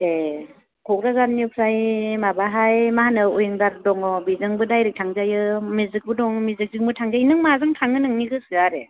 ए क'क्राझारनिफ्राय माबाहाय मा होनो विंगार दङ बेजोंबो डाइरेक्ट थांजायो मेजिकबो दं मेजिकजोंबो थांजायो नों माजों थांनो नोंनि गोसो आरो